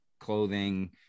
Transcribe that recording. clothing